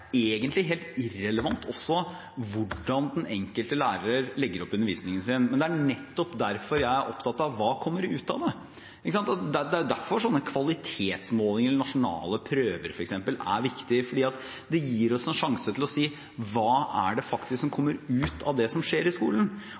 egentlig også helt irrelevant hvordan den enkelte lærer legger opp undervisningen sin, men det er nettopp derfor jeg er opptatt av hva som kommer ut av det. Det er derfor sånne kvalitetsmålinger – f.eks. nasjonale prøver – er viktige, for det gir oss en sjanse til å si hva det er som faktisk kommer ut av det som skjer i skolen.